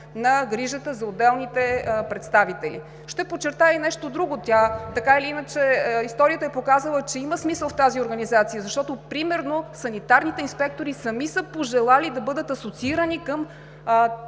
на грижата за отделните представители. Ще подчертая и нещо друго. Така или иначе, историята е показала, че има смисъл в тази организация, защото примерно санитарните инспектори сами са пожелали да бъдат асоциирани към